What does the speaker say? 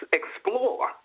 explore